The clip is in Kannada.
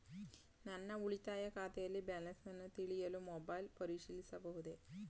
ನನ್ನ ಉಳಿತಾಯ ಖಾತೆಯಲ್ಲಿ ಬ್ಯಾಲೆನ್ಸ ತಿಳಿಯಲು ಮೊಬೈಲ್ ಪರಿಶೀಲಿಸಬಹುದೇ?